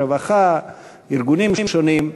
רווחה וארגונים שונים,